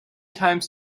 times